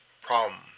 problem